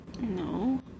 No